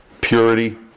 purity